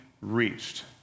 reached